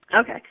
Okay